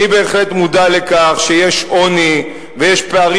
אני בהחלט מודע לכך שיש עוני ויש פערים